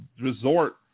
resort